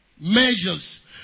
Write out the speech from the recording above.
measures